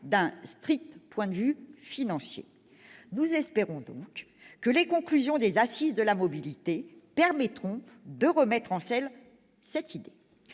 d'un strict point de vue financier. Nous espérons donc que les conclusions des assises de la mobilité permettront de remettre en selle cette idée.